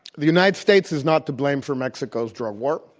the united states is not to blame for mexico's drug war,